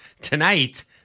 Tonight